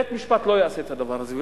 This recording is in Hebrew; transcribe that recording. בית-משפט לא יעשה את הדבר הזה.